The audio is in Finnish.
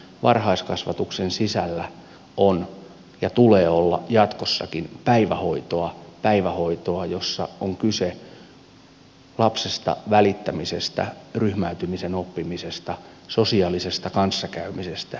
varhaiskasvatuksen sisällä on ja tulee olla jatkossakin päivähoitoa jossa on kyse lapsesta välittämisestä ryhmäytymisen oppimisesta sosiaalisesta kanssakäymisestä ja niin edelleen